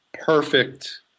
perfect